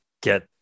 get